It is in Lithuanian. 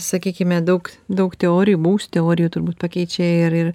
sakykime daug daug teorijų buvusių teorijų turbūt pakeičia ir ir